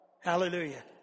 Hallelujah